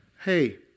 hey